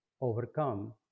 overcome